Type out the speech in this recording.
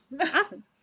Awesome